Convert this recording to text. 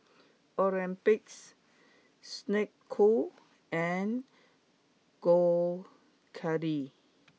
Olympus Snek Ku and Gold Kili